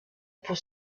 pour